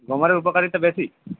grow মোরের উপকারিতা বেশি